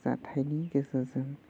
जाथायनि गेजेरजों